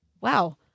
wow